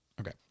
Okay